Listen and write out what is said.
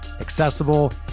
accessible